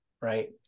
Right